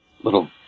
little